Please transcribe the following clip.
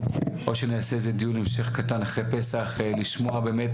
או שנעשה איזה דיון המשך קטן אחרי פסח לשמוע באמת